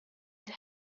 and